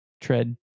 tread